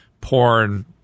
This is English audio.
porn